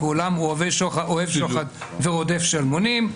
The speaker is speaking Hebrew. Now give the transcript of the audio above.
כולם אוהב שוחד ורודף שלמונים.